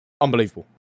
unbelievable